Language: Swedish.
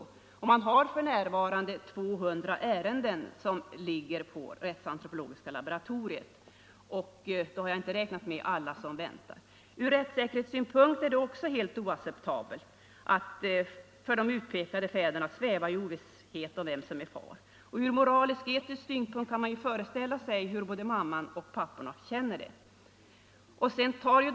På rättsantropologiska laboratoriet har man f. n. ca 200 ärenden liggande, och då har jag ändå inte räknat med alla som väntar ute i landet. Från rättssäkerhetssynpunkt är det naturligtvis också helt oacceptabelt för de ”utpekade” fäderna att sväva i ovisshet om vem som är far till barnet. Det är lätt att föreställa sig hur både mamman och ”papporna” känner det från moralisk-etisk synpunkt.